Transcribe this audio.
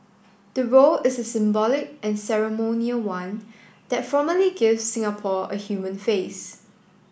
the role is a symbolic and ceremonial one that formally gives Singapore a human face